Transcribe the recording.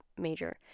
major